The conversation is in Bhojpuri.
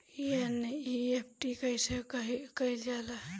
एन.ई.एफ.टी कइसे कइल जाला?